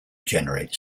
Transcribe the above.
generate